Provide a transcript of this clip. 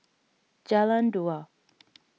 Jalan Dua